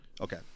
Okay